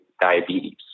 diabetes